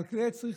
על מוצרי צריכה.